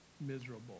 miserable